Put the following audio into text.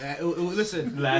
Listen